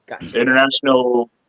International